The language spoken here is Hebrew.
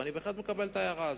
ואני בהחלט מקבל את ההערה הזאת.